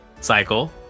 cycle